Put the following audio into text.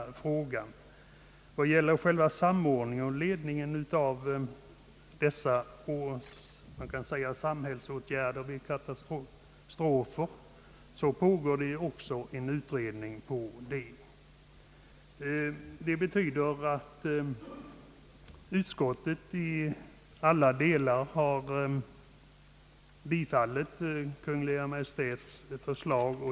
Det pågår också en utredning i fråga om samordningen av ledningen av samhällsåtgärder vid katastrofer. Utskottet har i alla delar biträtt Kungl. Maj:ts förslag.